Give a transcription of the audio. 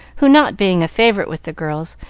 who, not being a favorite with the girls,